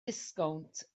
disgownt